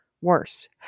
worse